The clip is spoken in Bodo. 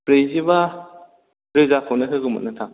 ब्रैजिबा रोजाखौनो होगौमोन नोंथां